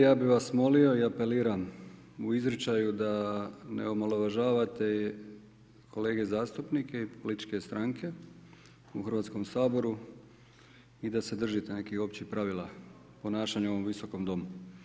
Ja bih vas molio i apeliram u izričaju da ne omalovažavate kolege zastupnike i političke stranke u Hrvatskom saboru i da se držite nekih općih pravila ponašanja u ovom Visokom domu.